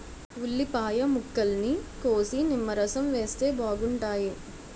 ఉల్లిపాయ ముక్కల్ని కోసి నిమ్మరసం వేస్తే బాగుంటాయి